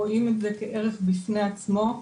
רואים את זה כערך בפני עצמו,